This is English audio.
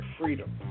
freedom